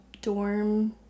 dorm